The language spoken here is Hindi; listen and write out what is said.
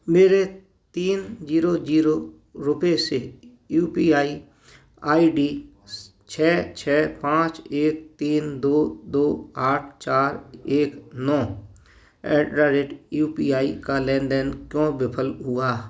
मेरे तीन ज़ीरो ज़ीरो रूपये से U P I I D छः छः पाँच एक तीन दो दो आठ चार एक नौ at the rate U P I का लेन देन क्यों विफ़ल हुआ